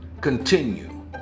continue